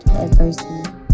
adversity